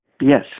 Yes